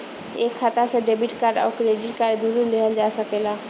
एक खाता से डेबिट कार्ड और क्रेडिट कार्ड दुनु लेहल जा सकेला?